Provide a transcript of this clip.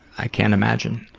i can't imagine.